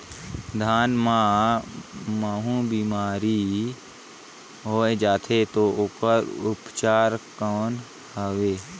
धान मां महू बीमारी होय जाथे तो ओकर उपचार कौन हवे?